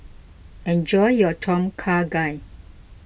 enjoy your Tom Kha Gai